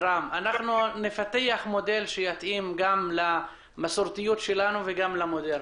נפתח מודל שיתאים גם למסורתיות שלנו וגם למודרניזציה.